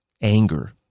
anger